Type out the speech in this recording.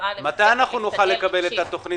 מתי נוכל לקבל את התכנית?